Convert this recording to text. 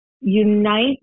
unite